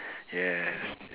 yes